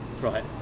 right